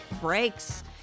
breaks